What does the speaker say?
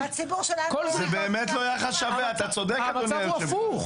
המצב הוא הפוך.